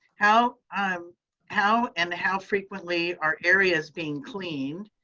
how um how and how frequently are areas being cleaned?